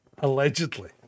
allegedly